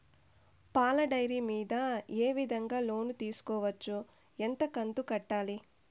పాల డైరీ మీద ఏ విధంగా లోను తీసుకోవచ్చు? ఎంత కంతు కట్టాలి?